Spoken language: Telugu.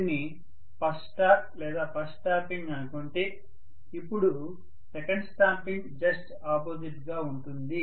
దీనిని ఫస్ట్ స్టాక్ లేక ఇది ఫస్ట్ స్టాంపింగ్ అనుకుంటే అపుడు సెకండ్ స్టాంపింగ్ జస్ట్ అపోజిట్ గా ఉంటుంది